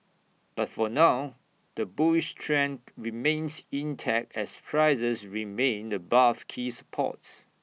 but for now the bullish trend remains intact as prices remain above key supports